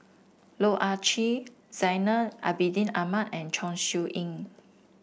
Loh Ah Chee Zainal Abidin Ahmad and Chong Siew Ying